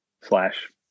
slash